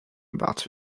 about